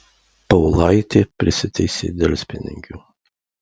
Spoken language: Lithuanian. paulaitė prisiteisė delspinigių